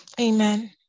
Amen